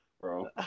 bro